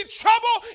trouble